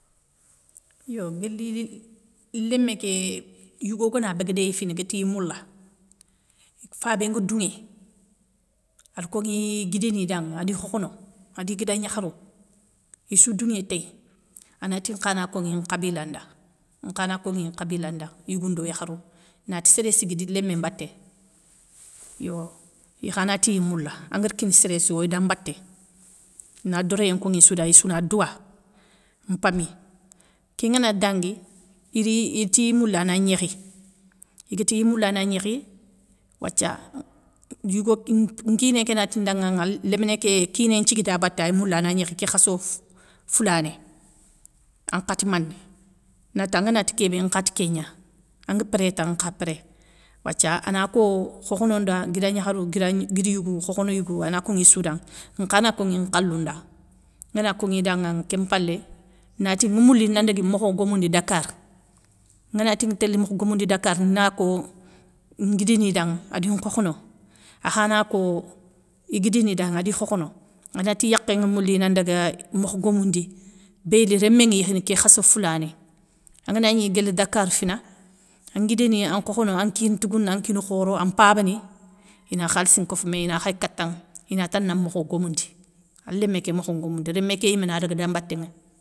Yo guili lémé ké yigo gana béguedéy fina gué tiy moula, fabé nga dounŋé, arkonŋi i guida ni danŋa adi khokhono adi guidagnakharou, issou dounŋé téy, anati nkha na konŋi nkhabila nda, nkhana konŋi nkhabila nda, yigou ndo yakharou. Nati séré sigui di lémé mbaté, yo ikha natiy moula anguér kini séréssou oy dam mbaté na doréyé nkoŋissou da issou na douwa mpami. Kén ngana dangui, iri itiy moulana gnékhi, iguitiy moulana gnékhi, wathia yougo nkiné kénati ndanŋaŋa léminé ké kiné nthigui da baté ay moula na gnékhi ké khasso foulané, ankhati mané, nata angana ti kébé nkha ti kégnaangue pré ta nkha pré, wathia ana ko khokhono nda guidagnakharou guiran guidi yigou khokhono yigou ana konŋissou danŋa, nkha na konŋi nkhalou nda, ngana konŋi danŋa, kén mpalé, nati ŋimoule na dégui mokhon gomoundi dakar, ngana tinŋa télé mokhgomoundi dakar na, ko nguida ni danŋa adi nkhokhono, akhana ko, iguidini danŋa adi khokhono ana ti i yakhén mouli ina ndaga mokhgmoundi béyli rémnŋa yékhini ké khasso foulané anganagni guél dakar fina anguida niya an khokhono an kina tougoune an kina khoro an mpabani, ina khalissi nkofoumé ina khay kanŋ, inata na mokhogomoundi, a lémé ké mokhon ngomoundi rémé ké yime nadaga dan mbaté ŋa.